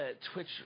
Twitch